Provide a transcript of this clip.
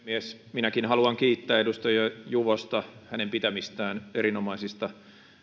minäkin haluan kiittää edustaja juvosta hänen käyttämistään erinomaisista